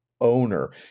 owner